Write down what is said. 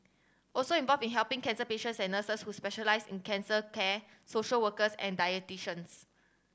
also involved in helping cancer patients are nurses who specialise in cancer care social workers and